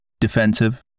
defensive